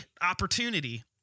opportunity